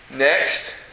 Next